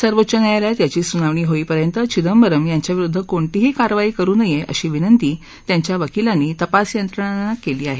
सर्वोच्च न्यायालयात याची सुनावणी होईपर्यंत चिदंबरम यांच्याविरुद्ध कोणतीही कारवाई करु नये अशी विनंती त्यांच्या वकीलांनी तपास यंत्रणांना केली आहे